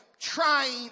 trying